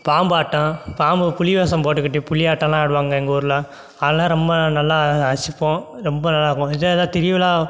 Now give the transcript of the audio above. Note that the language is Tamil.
பாம்பாட்டம் பாம்பு புலி வேஷம் போட்டுக்கிட்டு புலி ஆட்டமெல்லாம் ஆடுவாங்க எங்கள் ஊரில் அதெலாம் ரொம்ப நல்லா ரசிப்போம் ரொம்ப நல்லா இருக்கும் இதேதான் திருவிழா